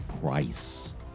price